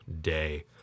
day